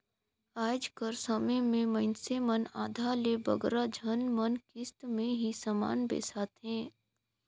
आएज कर समे में मइनसे मन आधा ले बगरा झन मन किस्त में ही समान बेसाथें